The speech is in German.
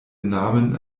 namen